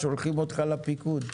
שולחים אותה לפיקוד,